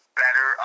better